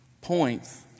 points